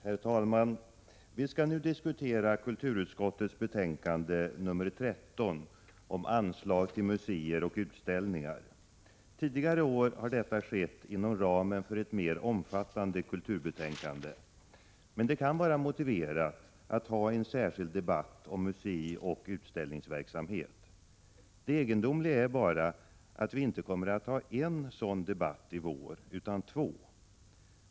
Herr talman! Vi skall nu diskutera kulturutskottets betänkande nr 13 om anslag till museer och utställningar. Tidigare år har denna diskussion skett inom ramen för ett mer omfattande kulturbetänkande. Men det kan vara motiverat att ha en särskild debatt om museioch utställningsverksamhet. Det egendomliga är bara att vi inte kommer att ha en sådan debatt i vår utan två.